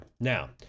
Now